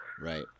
Right